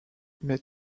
mais